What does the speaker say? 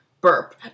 Burp